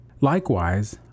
likewise